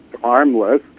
harmless